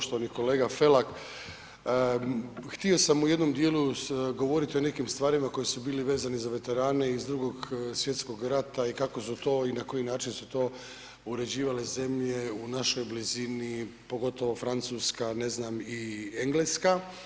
Poštovani kolega Felak, htio sam u jednom dijelu govorit o nekim stvarima koji su bili vezani za veterane iz Drugog svjetskog rata i kako su to i na koji način su to uređivale zemlje u našoj blizini, pogotovo Francuska, ne znam, i Engleska.